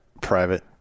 private